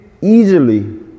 easily